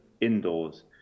indoors